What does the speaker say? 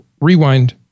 rewind